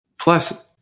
Plus